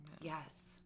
Yes